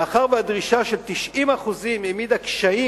מאחר שהדרישה של 90% העמידה קשיים